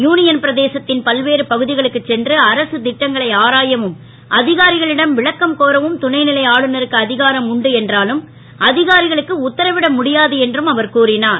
you யன் பிரதேசத் ன் பல்வேறு பகு களுக்குச் சென்று அரசுத் ட்டங்களை ஆராயவும் அ காரிகளிடம் விளக்கம் கோரவும் துணை லை ஆளுநருக்கு அ காரம் உண்டு என்றாலும் அ காரிகளுக்கு உத்தரவிட முடியாது என்றும் அவர் கூறினார்